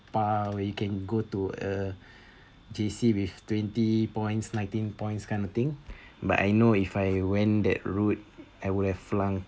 par where you can go to a J_C with twenty points nineteen points kind of thing but I know if I went that route and I would have flunk